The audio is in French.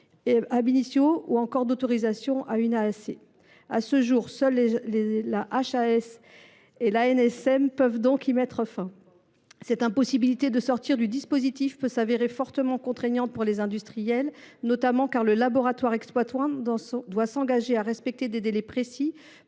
s’opposant ou en cours d’autorisation à une AAC. À ce jour, seules la HAS et l’ANSM peuvent donc y mettre fin. Cette impossibilité de sortir du dispositif peut devenir fortement contraignante pour les industriels, notamment parce que le laboratoire exploitant doit s’engager à respecter des délais précis